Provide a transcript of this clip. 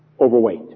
overweight